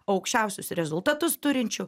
aukščiausius rezultatus turinčių